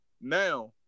now